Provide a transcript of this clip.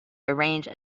arrange